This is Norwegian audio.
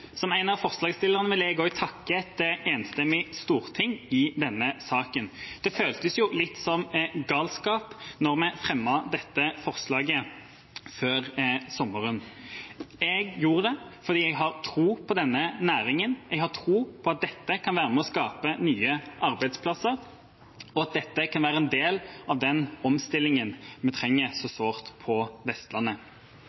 Som en av forslagsstillerne vil jeg også takke et enstemmig storting i denne saken. Det føltes litt som galskap da vi fremmet dette forslaget før sommeren. Jeg gjorde det fordi jeg har tro på denne næringen. Jeg har tro på at dette kan være med på å skape nye arbeidsplasser, og at det kan være en del av den omstillingen vi trenger så